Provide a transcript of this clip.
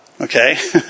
Okay